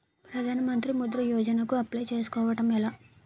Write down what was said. ప్రధాన మంత్రి ముద్రా యోజన కు అప్లయ్ చేసుకోవటం ఎలా?